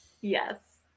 Yes